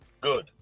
Good